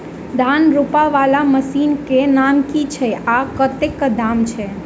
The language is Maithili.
धान रोपा वला मशीन केँ नाम की छैय आ कतेक दाम छैय?